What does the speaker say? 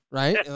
right